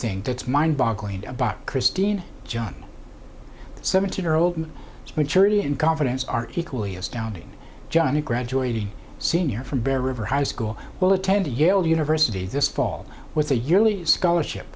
thing that's mind boggling about christine john seventeen year old maturity and confidence are equally as downing johnny graduating senior from bear river high school well attended yale university this fall with a yearly scholarship